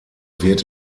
wird